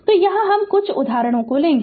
तो कुछ उदाहरण लेंगे